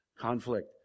Conflict